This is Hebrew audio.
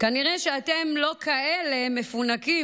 אז כנראה שאתם לא כאלה מפונקים",